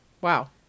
Wow